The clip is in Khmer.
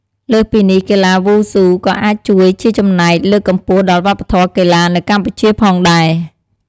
លើសពីនេះ កីឡាវ៉ូស៊ូក៏អាចជួយជាចំណែកលើកកម្ពស់ដល់វប្បធម៌កីឡានៅកម្ពុជាផងដែរ។